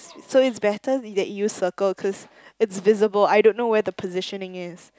so it's better that you circle cause it's visible I don't know where the positioning is